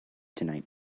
tonight